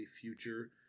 future